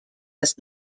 das